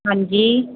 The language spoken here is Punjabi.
ਹਾਂਜੀ